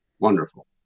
Wonderful